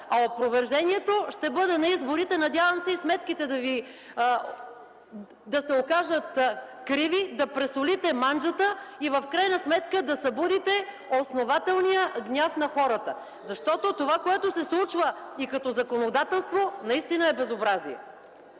Опровержението ще бъде на изборите. Надявам се и сметките Ви да се окажат криви, да пресолите манджата и в крайна сметка да събудите основателния гняв на хората, защото това, което се случва и като законодателство, наистина е безобразие.